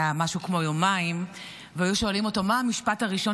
משהו כמו יומיים והיו שואלים אותו: מה המשפט הראשון